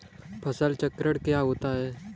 फसल चक्रण क्या होता है?